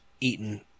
eaten